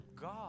God